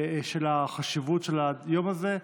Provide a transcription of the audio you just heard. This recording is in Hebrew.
של חשיבות היום הזה.